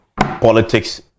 politics